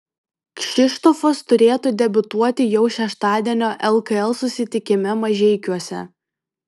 kšištofas turėtų debiutuoti jau šeštadienio lkl susitikime mažeikiuose